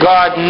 God